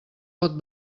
pot